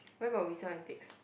where got we sell antiques